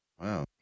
Wow